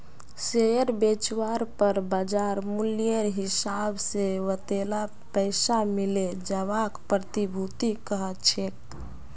share बेचवार पर बाज़ार मूल्येर हिसाब से वतेला पैसा मिले जवाक प्रतिभूति कह छेक